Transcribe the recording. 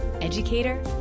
educator